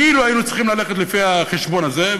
כי אם היינו צריכים ללכת לפי החשבון הזה,